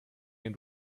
and